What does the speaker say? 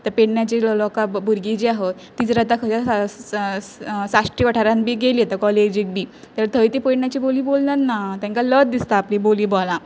आतां पेडण्यांची लोकां भुरगीं जी आहत तीं जर आतां खंय साश्टी वाठारान बी गेली आतां कॉलेजीक बी जाल्यार थंय ती पेडण्यांची बोली बोलनन ना तेंकां लज दिसता आपलीं बोली बोलांक